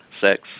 sex